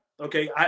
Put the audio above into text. Okay